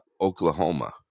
Oklahoma